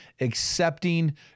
accepting